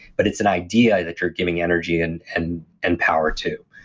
but it's an idea that you're giving energy and and and power to.